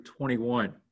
21